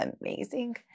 amazing